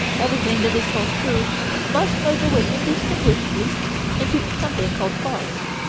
everything that is called true must merge away indistinguishably into something called false.